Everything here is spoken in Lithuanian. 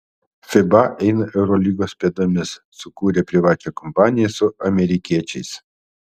fiba eina eurolygos pėdomis sukūrė privačią kompaniją su amerikiečiais